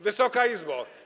Wysoka Izbo!